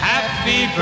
Happy